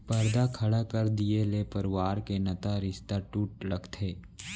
परदा खड़ा कर दिये ले परवार के नता रिस्ता टूटे लगथे